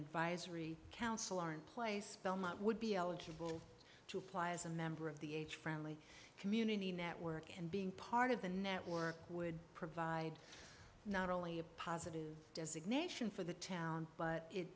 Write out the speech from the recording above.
advisory council are in place would be eligible to apply as a member of the friendly community network and being part of the network would provide not only a positive designation for the town but it